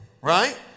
right